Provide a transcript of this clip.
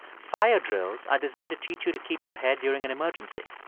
fire drills are designed to teach you to keep your head during an emergency.